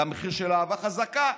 גם במחיר של אהבה חזקה.